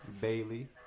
Bailey